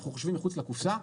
אנחנו חושבים מחוץ לקופסה,